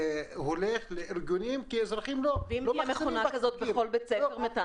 שהולך לארגונים כי אזרחים לא --- אם תהיה מכונה כזאת בכל בית ספר?